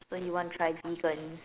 when you want to try vegan